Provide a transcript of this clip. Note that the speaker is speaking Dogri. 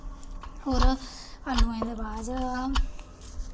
होर आलूएं दे बाद